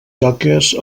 toques